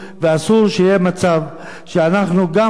ואסור שיהיה מצב שאנחנו גם,